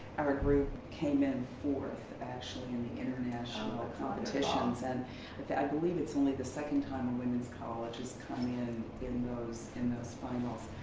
our group came in fourth actually in the international competitions and but i believe it's only the second time a woman's college has come in, in those in those finals.